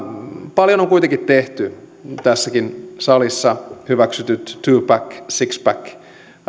paljon on kuitenkin tehty tässäkin salissa hyväksytyt twopack sixpack